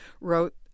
wrote